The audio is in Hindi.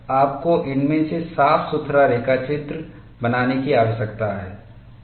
और आपको इनमें से साफ सुथरा रेखाचित्र बनाने की आवश्यकता है